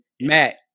Matt